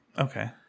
Okay